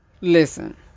listen